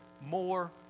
more